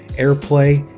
airplay,